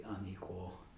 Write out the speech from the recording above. unequal